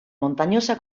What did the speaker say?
montañosa